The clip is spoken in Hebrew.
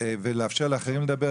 ולאפשר לאחרים לדבר,